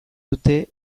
dute